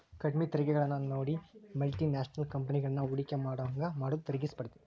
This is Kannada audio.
ಕಡ್ಮಿ ತೆರಿಗೆಗಳನ್ನ ನೇಡಿ ಮಲ್ಟಿ ನ್ಯಾಷನಲ್ ಕಂಪೆನಿಗಳನ್ನ ಹೂಡಕಿ ಮಾಡೋಂಗ ಮಾಡುದ ತೆರಿಗಿ ಸ್ಪರ್ಧೆ